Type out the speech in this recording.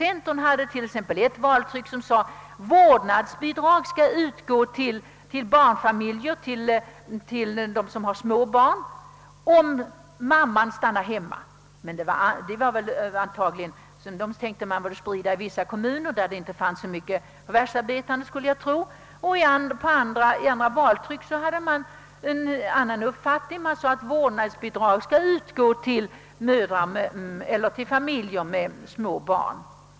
Centerpartiet hade t.ex. ett valtryck enligt vilket vårdnadsbidrag skall utgå till barnfamiljer med småbarn om mamman stannar hemma. Detta valtryck tänkte man väl sprida i vissa kommuner där det inte finns så många förvärvsarbetande husmödrar. I andra valtryck hävdade man nämligen en annan uppfattning och sade att vårdnadsbidrag skulle utgå till familjer med små barn.